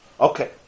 Okay